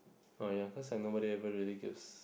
oh ya cause have nobody ever religious